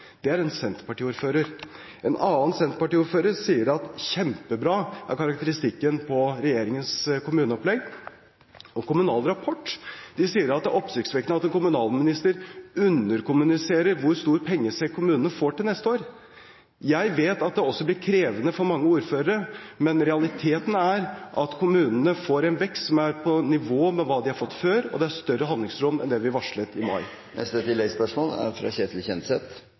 Det er én Senterparti-ordfører. En annen senterpartiordførers karakteristikk av regjeringens kommuneopplegg er at det er «kjempebra». Kommunal rapport sier at det er oppsiktsvekkende at en kommunalminister underkommuniserer hvor stor pengesekk kommunene får til neste år. Jeg vet også at det blir krevende for mange ordførere, men realiteten er at kommunene får en vekst som er på nivå med hva de har fått før, og det er større handlingsrom enn det vi varslet i mai. Ketil Kjenseth – til oppfølgingsspørsmål. Jeg er